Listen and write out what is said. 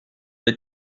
les